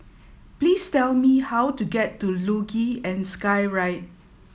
please tell me how to get to Luge and Skyride